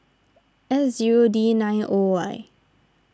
S zero D nine O Y